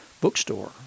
bookstore